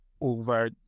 over